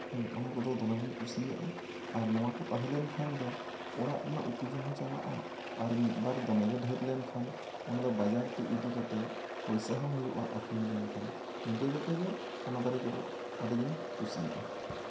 ᱚᱱᱟ ᱠᱚᱫᱚ ᱫᱚᱢᱮᱧ ᱠᱩᱥᱤᱭᱟᱜᱼᱟ ᱟᱨ ᱱᱚᱣᱟ ᱠᱚ ᱛᱟᱦᱮᱸ ᱞᱮᱱᱠᱷᱟᱱ ᱫᱚ ᱚᱲᱟᱜ ᱨᱮᱱᱟᱜ ᱩᱛᱩ ᱡᱚᱢ ᱦᱚᱸ ᱪᱟᱞᱟᱜᱼᱟ ᱟᱨ ᱢᱤᱫ ᱵᱟᱨ ᱫᱚᱢᱮᱜᱮ ᱰᱷᱮᱨ ᱞᱮᱱᱠᱷᱟᱱ ᱚᱱᱟ ᱫᱚ ᱵᱟᱡᱟᱨ ᱛᱮ ᱤᱫᱤ ᱠᱟᱛᱮᱜ ᱯᱚᱭᱥᱟ ᱦᱚᱸ ᱦᱩᱭᱩᱜᱼᱟ ᱟᱠᱷᱨᱤᱧ ᱞᱮᱱᱠᱷᱟᱱ ᱤᱱᱠᱟᱹ ᱠᱟᱛᱮᱜ ᱜᱮ ᱚᱱᱟ ᱫᱟᱨᱮ ᱠᱚᱫᱚ ᱟᱹᱰᱤ ᱜᱤᱧ ᱠᱩᱥᱤᱭᱟᱜᱼᱟ